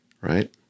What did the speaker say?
right